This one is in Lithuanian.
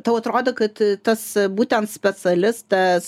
tau atrodo kad tas būtent specialistas